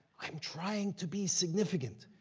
i'm trying to be significant.